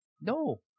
no